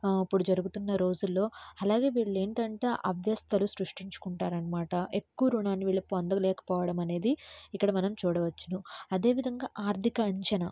ఇప్పుడు జరుగుతున్న రోజుల్లో అలాగే వీళ్ళు ఏంటంటే అభ్యస్థలు సృష్టించుకుంటారు అనమాట ఎక్కువ రుణాన్ని వీళ్ళు పొందలేకపోవడం అనేది ఇక్కడ మనం చూడవచ్చును అదేవిధంగా ఆర్థిక అంచనా